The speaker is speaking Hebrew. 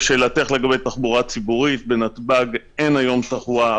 לשאלתך לגבי תחבורה ציבורית בנתב"ג אין היום תחבורה,